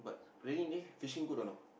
rainy day fishing good or not